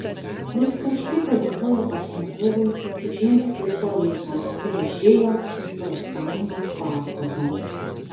jis karštai padėkojo pašnekovui už jiems skirtą laiką ir išėjo iš profsąjungos pastato